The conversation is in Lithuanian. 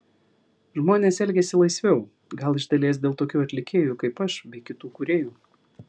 žmonės elgiasi laisviau gal iš dalies dėl tokių atlikėjų kaip aš bei kitų kūrėjų